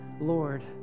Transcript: Lord